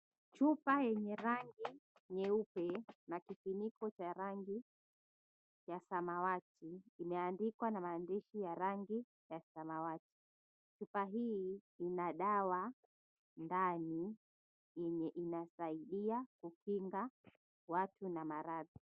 Chupa yenye rangi nyeupe na kifuniko cha rangi ya samawati, kimeandikwa na maandishi ya rangi ya samawati. Chupa hii ina dawa ndani yenye inasaidia kukinga watu na maradhi.